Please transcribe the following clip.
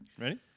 Ready